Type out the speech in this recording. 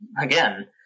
again